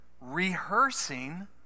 rehearsing